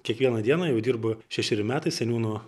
kiekvieną dieną jau dirbu šešeri metai seniūnu